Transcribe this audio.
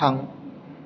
थां